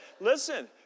Listen